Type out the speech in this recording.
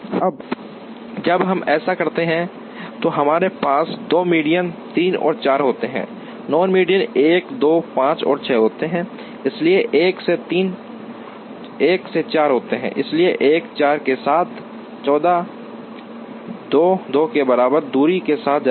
अब जब हम ऐसा करते हैं तो हमारे पास दो मेडियन 3 और 4 होते हैं नॉन मेडियंस 1 2 5 और 6 होते हैं इसलिए 1 से 3 1 से 4 होते हैं इसलिए 1 4 के साथ 14 2 2 के बराबर दूरी के साथ जाएगा